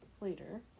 later